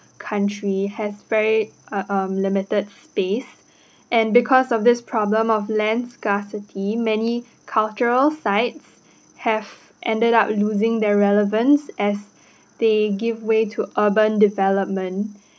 country has very uh limited space and because of this problem of land scarcity many cultural sites have ended up losing their relevance as they give way to urban development